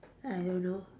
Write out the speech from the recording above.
I don't know